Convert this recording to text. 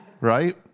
right